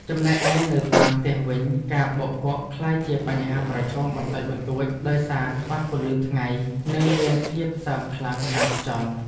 ចំណែកឯនៅតាមផ្ទះវិញការបោកគក់ក្លាយជាបញ្ហាប្រឈមបន្តិចបន្តួចដោយសារខ្វះពន្លឺថ្ងៃ និងមានភាពសើមខ្លាំងតាមខ្យល់។